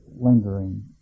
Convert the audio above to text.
lingering